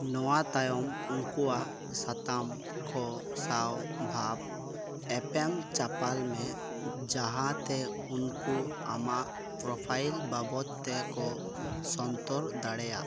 ᱱᱚᱣᱟᱹ ᱛᱟᱭᱚᱢ ᱩᱱᱠᱩᱣᱟᱜ ᱥᱟᱛᱟᱢ ᱠᱚ ᱥᱟᱶ ᱵᱷᱟᱵᱽ ᱮᱯᱮᱢᱼᱪᱟᱯᱟᱞ ᱢᱮ ᱡᱟᱦᱟᱸ ᱛᱮ ᱩᱱᱠᱩ ᱟᱢᱟᱜ ᱯᱨᱳᱯᱷᱟᱭᱤᱞ ᱵᱟᱵᱚᱛ ᱛᱮᱠᱚ ᱥᱚᱱᱛᱚᱨ ᱫᱟᱲᱮᱭᱟᱜᱼᱟ